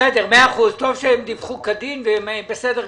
בסדר גמור.